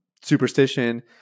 superstition